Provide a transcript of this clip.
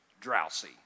drowsy